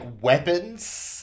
weapons